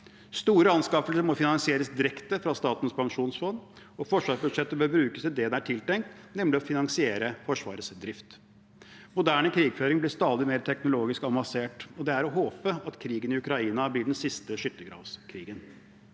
Store anskaffelser må finansieres direkte fra Statens pensjonsfond, og forsvarsbudsjettet bør brukes til det det er tiltenkt, nemlig å finansiere Forsvarets drift. Moderne krigføring blir stadig mer teknologisk avansert, og det er å håpe at krigen i Ukraina blir den siste skyttergravskrigen.